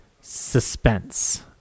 Suspense